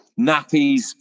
nappies